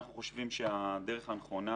אנחנו חושבים שהדרך הנכונה,